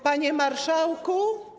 Panie Marszałku!